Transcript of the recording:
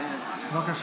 בבקשה.